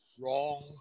wrong